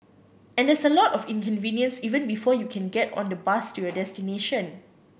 and there's a lot of inconvenience even before you can get on the bus to your destination